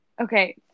okay